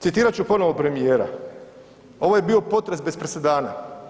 Citirat ću ponovo premijera: „Ovo je bio potres bez presedana“